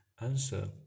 answer